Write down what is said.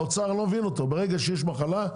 האוצר לא הבין אותו: ברגע שיש מחלה,